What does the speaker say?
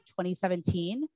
2017